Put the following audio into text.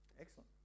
Excellent